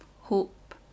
hope